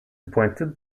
appointed